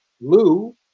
Lou